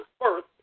birth